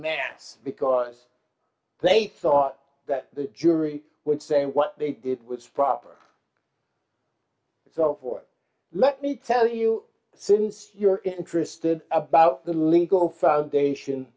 mass because they thought that the jury would say what they did was proper it's all for let me tell you since you're interested about the legal foundation